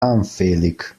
anfällig